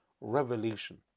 revelation